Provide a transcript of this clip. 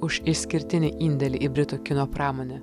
už išskirtinį indėlį į britų kino pramonę